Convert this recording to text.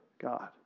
God